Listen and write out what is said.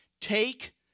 Take